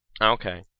Okay